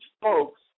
folks